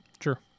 Sure